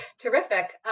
Terrific